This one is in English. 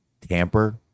tamper